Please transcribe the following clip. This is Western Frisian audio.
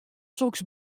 soks